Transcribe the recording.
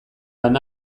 lan